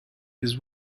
his